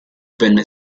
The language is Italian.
venne